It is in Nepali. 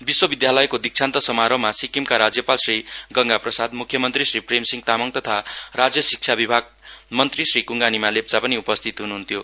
विश्वविद्यालयको दिक्षान्त समारोहमा सिक्किमका राज्यपाल श्री गंगा प्रसाद मुख्यमन्त्री श्री प्रेमसिंह तामाङ तथा राज्य शिक्षा विभाग मन्त्री श्री कुङ्गा निमा लेप्चा पनि उपस्थित ह्नुह्न्थ्यो